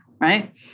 Right